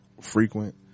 frequent